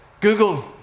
Google